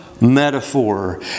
metaphor